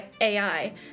AI